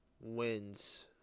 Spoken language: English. wins